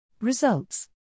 Results